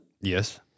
Yes